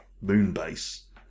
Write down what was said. Moonbase